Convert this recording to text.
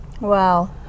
Wow